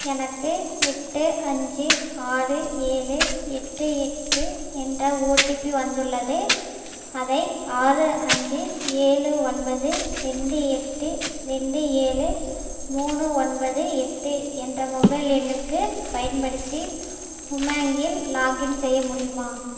எனக்கு எட்டு அஞ்சு ஆறு ஏழு எட்டு எட்டு என்ற ஓடிபி வந்துள்ளது அதை ஆறு அஞ்சு ஏழு ஒன்பது ரெண்டு எட்டு ரெண்டு ஏழு மூணு ஒன்பது எட்டு என்ற மொபைல் எண்ணுக்குப் பயன்படுத்தி உமாங்கில் லாகின் செய்ய முடியுமா